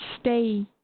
stay